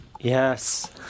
yes